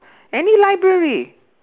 any library